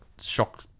shock